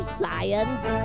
science